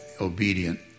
obedient